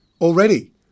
already